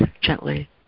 gently